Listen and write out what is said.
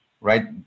right